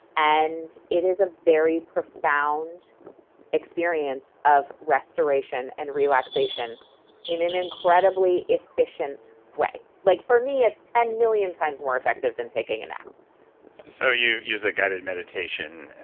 and it is a very profound experience of restoration and relaxation in an incredibly efficient way. like for me, it's ten million times more effective than taking a nap so you use a guided meditation,